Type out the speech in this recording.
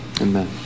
amen